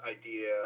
idea